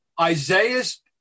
Isaiah's